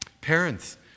Parents